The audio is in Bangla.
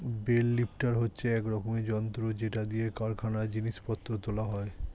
বেল লিফ্টার হচ্ছে এক রকমের যন্ত্র যেটা দিয়ে কারখানায় জিনিস পত্র তোলা হয়